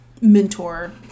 mentor